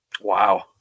Wow